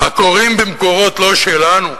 הקוראים במקורות לא שלנו,